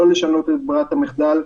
לא לשנות את ברירת המחדל.